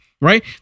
Right